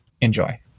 Enjoy